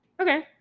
Okay